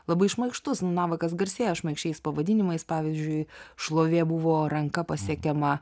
labai šmaikštus navakas garsėja šmaikščiais pavadinimais pavyzdžiui šlovė buvo ranka pasiekiama